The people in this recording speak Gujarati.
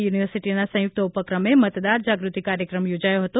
યુનિવર્સિટીના સંયુક્ત ઉપક્રમે મતદાર જાગૃતિ કાર્યક્રમ યોજાયો હતો